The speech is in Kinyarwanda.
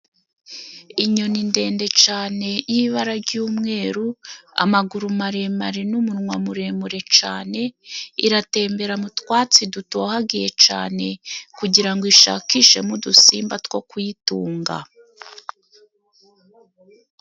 Inyoni ndende cane y'ibara jy'umweru, amaguru maremare n'umunwa muremure cane, iratembera mu twatsi dutohagiye cane, kugira ngo ishakishemo udusimba two kuyitunga.